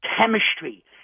chemistry